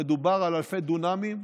מדובר על אלפי דונמים,